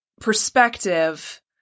perspective